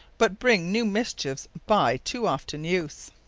but bring new mischiefs by too often use.